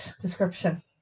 description